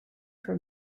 for